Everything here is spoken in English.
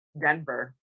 Denver